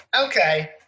okay